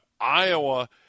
Iowa